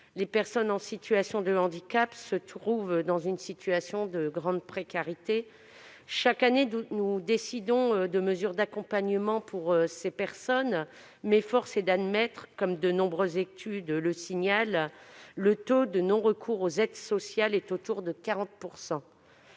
les personnes en situation de handicap, se trouvent en grande précarité. Chaque année, nous décidons de mesures d'accompagnement pour elles, mais force est d'admettre que, comme de nombreuses études le signalent, le taux de non-recours aux aides sociales se situe autour de 40 %.